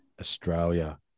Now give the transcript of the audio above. Australia